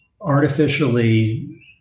artificially